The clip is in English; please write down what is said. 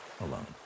alone